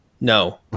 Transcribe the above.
No